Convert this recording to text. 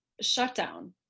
shutdown